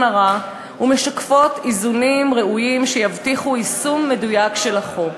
הרע ומשקפות איזונים ראויים שיבטיחו יישום מדויק של החוק.